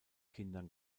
kindern